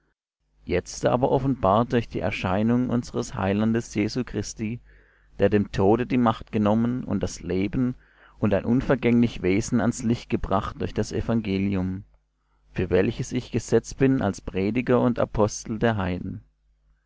jetzt aber offenbart durch die erscheinung unsers heilandes jesu christi der dem tode die macht hat genommen und das leben und ein unvergänglich wesen ans licht gebracht durch das evangelium für welches ich gesetzt bin als prediger und apostel der heiden